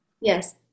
Yes